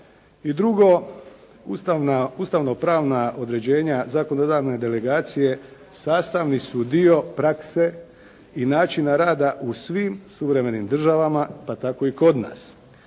I drugo, ustavno-pravna određenja zakonodavne delegacije sastavni su dio prakse i načina rada u svim suvremenim državama, pa tako i kod nas